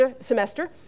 semester